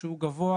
שהוא גבוה